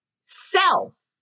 self